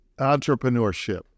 entrepreneurship